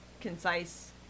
Concise